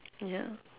ya